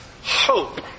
hope